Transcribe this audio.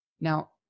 Now